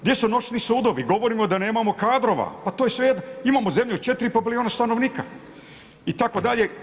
Gdje su noćni sudovi, govorimo da nemamo kadrova, pa to je, ... imamo zemlju od 4,5 milijuna stanovnika itd.